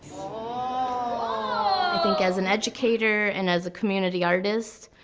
ah like as an educator and as a community artist,